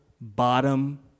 bottom